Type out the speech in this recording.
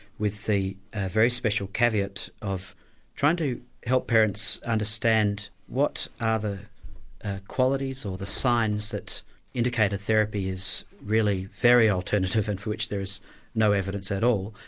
with the very special caveat of trying to help parents understand what are the ah qualities or the signs that indicate as therapy is really very alternative and for which there is no evidence at all,